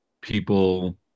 People